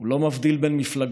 הוא לא מבדיל בין מפלגות,